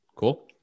Cool